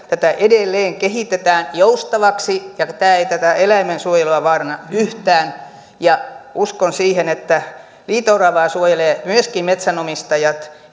tätä edelleen kehitetään joustavaksi kun tämä ei tätä eläimen suojelua vaaranna yhtään uskon siihen että liito oravaa suojelevat myöskin metsänomistajat